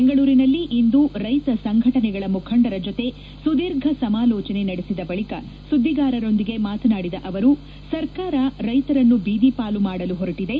ಬೆಂಗಳೂರಿನಲ್ಲಿಂದು ರೈತ ಸಂಘಟನೆಗಳ ಮುಖಂಡರ ಜೊತೆ ಸುದೀರ್ಘ ಸಮಾಲೋಚನೆ ನಡೆಸಿದ ಬಳಿಕ ಸುದ್ದಿಗಾರರೊಂದಿಗೆ ಮಾತನಾಡಿದ ಅವರು ಸರ್ಕಾರ ರೈತರನ್ನು ಬೀದಿಪಾಲು ಮಾಡಲು ಹೊರಟಿದೆ